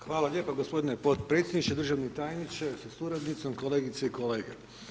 Hvala lijepo gospodine potpredsjedniče, državni tajniče sa suradnicom, kolegice i kolege.